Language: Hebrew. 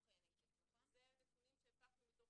נכונים בכלל.